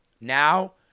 now